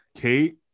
kate